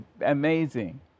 amazing